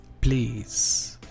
Please